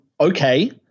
okay